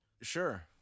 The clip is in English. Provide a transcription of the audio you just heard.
Sure